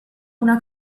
una